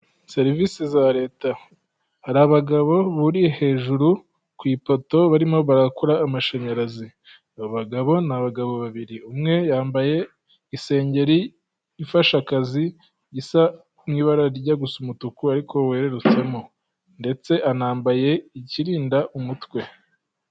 Serivisi za leta hari abagabo buriye hejuru ku ipoto barimo barakora amashanyarazi, abagabo ni abagabo babiri, umwe yambaye isengeri ifasha akazi isa mu ibara rijya gusa umutuku ariko werutsemo ndetse anambaye ikirinda umutwe.